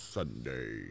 Sunday